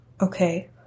Okay